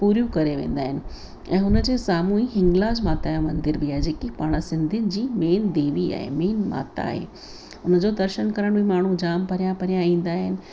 पूरियूं करे वेंदा आहिनि ऐं हुनजे साम्हूं ई हिंगलाज माता जो मंदिर बि आहे जेकी पाण सिंधीयुनि जी मेन देवी आहे मेन माता आहे उनजो दर्शनु करण बि माण्हू जाम परियां परियां ईंदा आहिनि